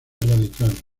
radical